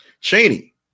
Cheney